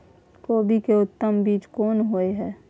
कोबी के उत्तम बीज कोन होय है?